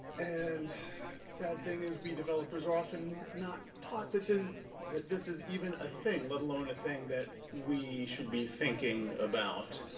and the sad thing is we developers are often not taught that this that this is even a thing let alone a thing that we should be thinking about.